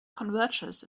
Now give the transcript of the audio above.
converges